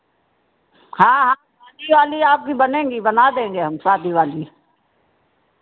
हाँ हाँ शादी वाली आपकी बनेंगी बना देंगे हम शादी वाली